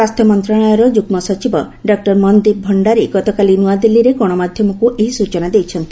ସ୍ୱାସ୍ଥ୍ୟ ମନ୍ତ୍ରଣାଳୟର ଯୁଗ୍ଲ ସଚିବ ଡକୁର ମନ୍ଦୀପ୍ ଭଣ୍ଡାରୀ ଗତକାଲି ନ୍ତଆଦିଲ୍ଲୀରେ ଗଣମାଧ୍ୟମକୁ ଏହି ସ୍ଚନା ଦେଇଛନ୍ତି